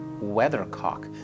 Weathercock